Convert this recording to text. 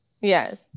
Yes